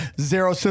zero